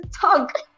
talk